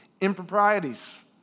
improprieties